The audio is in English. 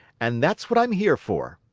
and that's what i'm here for.